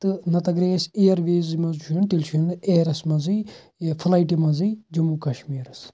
تہٕ نَہ تہٕ اگرٔے اسہِ اِیرویزسٕے مَنٛز چھُ یُن تیٚلہِ چھُ یُن اِیرَس مَنٛزٕے ٲں فلایٹہِ مَنٛزٕے جموں کشمیٖر اسہِ